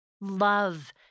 love